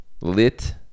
Lit